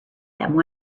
them